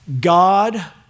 God